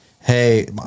Hey